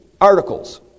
articles